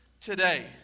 today